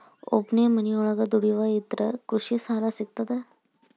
ಒಬ್ಬನೇ ಮನಿಯೊಳಗ ದುಡಿಯುವಾ ಇದ್ರ ಕೃಷಿ ಸಾಲಾ ಸಿಗ್ತದಾ?